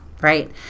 right